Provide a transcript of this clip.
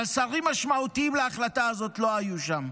אבל שרים משמעותיים להחלטה הזאת לא היו שם.